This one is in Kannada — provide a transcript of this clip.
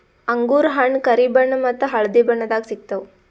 ಅಂಗೂರ್ ಹಣ್ಣ್ ಕರಿ ಬಣ್ಣ ಮತ್ತ್ ಹಳ್ದಿ ಬಣ್ಣದಾಗ್ ಸಿಗ್ತವ್